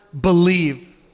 believe